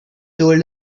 told